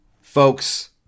Folks